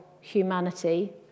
humanity